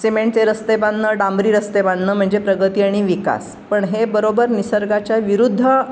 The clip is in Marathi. सिमेंटचे रस्ते बांधणं डांबरी रस्ते बांधणं म्हणजे प्रगती आणि विकास पण हे बरोबर निसर्गाच्या विरुद्ध